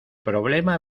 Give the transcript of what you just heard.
problema